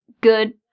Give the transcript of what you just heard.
Good